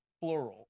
plural